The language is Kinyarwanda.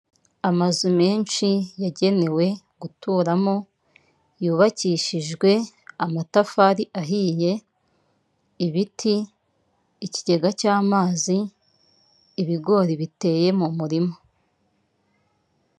Amazu menshi yagenewe guturamo, yubakishijwe amatafari ahiye, ibiti, ikigega cy'amazi, ibigori biteye mu murima.